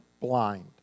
blind